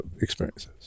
experiences